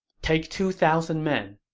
take two thousand men.